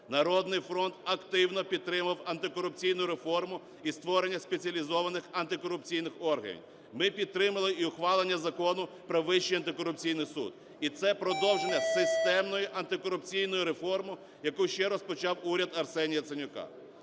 "Народний фронт" активно підтримав антикорупційну реформу і створення спеціалізованих антикорупційних органів. Ми підтримали і ухвалення Закону "Про Вищий антикорупційний суд". І це продовження системної антикорупційної реформи, яку ще розпочав уряд Арсенія Яценюка.